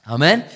Amen